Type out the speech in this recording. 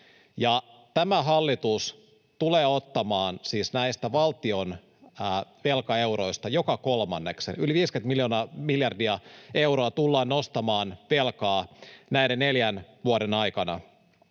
tämä hallitus tulee ottamaan näistä valtion velkaeuroista siis joka kolmannen. Yli 50 miljardia euroa tullaan nostamaan velkaa näiden neljän vuoden aikana.